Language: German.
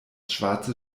schwarze